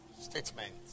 statement